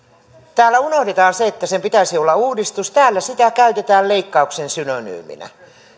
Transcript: täällä unohdetaan se että sen pitäisi olla uudistus täällä sitä käytetään leikkauksen synonyyminä